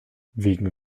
wegen